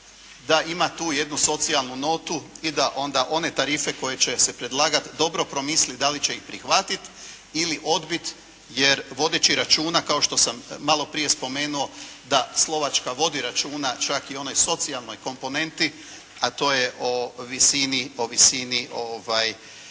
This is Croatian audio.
da ima tu jednu socijalnu notu i da onda one tarife koje će se predlagat dobro promisli da li će ih prihvatit ili odbit, jer vodeći računa kao što sam maloprije spomenuo da Slovačko vodi računa čak i o onoj socijalnoj komponenti a to je o visini socijalnoj